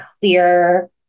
clear